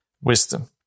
wisdom